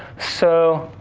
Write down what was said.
so,